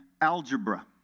algebra